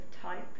type